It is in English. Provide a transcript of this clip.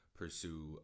pursue